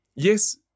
Yes